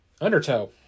Undertow